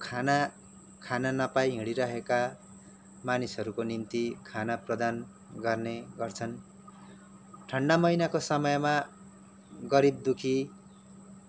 जो खाना खान नपाइ हिडिरहेका मानिसहरूको निम्ति खाना प्रदान गर्ने गर्छन् ठन्डा महिनाको समयमा गरिब दुखी